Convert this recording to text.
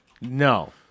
No